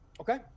Okay